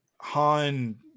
Han